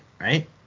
right